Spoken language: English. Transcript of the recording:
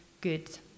good